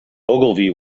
ogilvy